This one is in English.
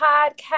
podcast